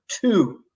two